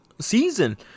season